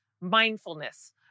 mindfulness